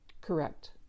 Correct